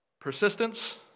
Persistence